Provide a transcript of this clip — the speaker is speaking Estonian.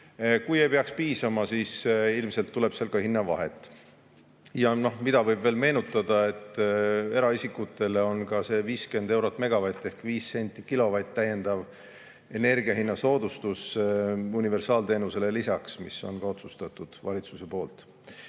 Kui ei peaks piisama, siis ilmselt tuleb seal ka hinnavahet. Võib veel meenutada, et eraisikutel on ka 50 eurot megavati ehk 5 senti kilovati pealt täiendav energiahinnasoodustus universaalteenusele lisaks, mis on ka valitsuses